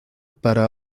para